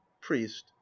priest